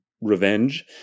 revenge